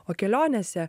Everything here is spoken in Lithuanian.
o kelionėse